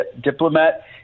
diplomat